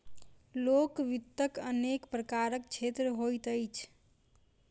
लोक वित्तक अनेक प्रकारक क्षेत्र होइत अछि